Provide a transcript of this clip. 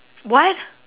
what